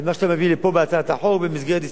את מה שאתה מביא לפה בהצעת החוק הזאת,